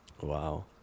Wow